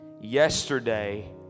yesterday